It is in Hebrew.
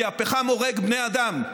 כי הפחם הורג בני אדם.